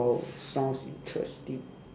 !wow! sounds interesting